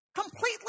completely